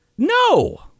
No